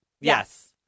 yes